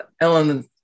Ellen